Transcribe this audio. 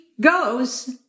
goes